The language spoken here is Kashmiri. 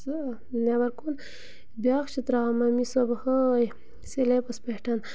سُہ نیٚبَر کُن بیٛاکھ چھِ ترٛاوان مٔمی صُبحٲے سِلیپَس پٮ۪ٹھ